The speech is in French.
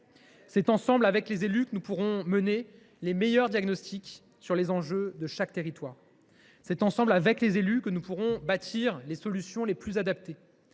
C’est ensemble, avec les élus, que nous pourrons poser les meilleurs diagnostics sur les enjeux de chaque territoire. C’est ensemble, avec les élus, que nous pourrons bâtir les solutions les plus adaptées.